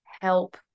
help